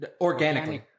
organically